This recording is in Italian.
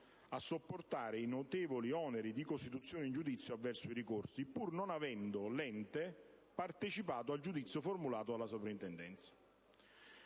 a sopportare i notevoli oneri di costituzione in giudizio avverso i ricorsi, pur non avendo l'ente partecipato al giudizio formulato dalla Soprintendenza.